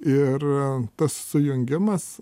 ir tas sujungimas